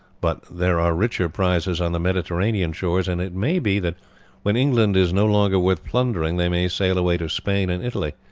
but there are richer prizes on the mediterranean shores, and it may be that when england is no longer worth plundering they may sail away to spain and italy.